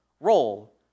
role